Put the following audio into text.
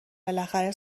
بالاخره